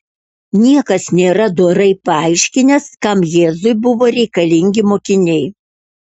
niekas nėra dorai paaiškinęs kam jėzui buvo reikalingi mokiniai